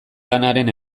lanaren